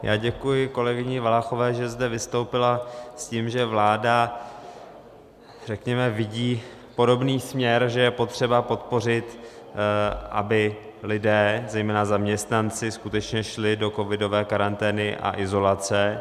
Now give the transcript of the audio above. Já děkuji kolegyni Valachové, že zde vystoupila s tím, že vláda vidí podobný směr, že je potřeba podpořit, aby lidé, zejména zaměstnanci, skutečně šli do covidové karantény a izolace.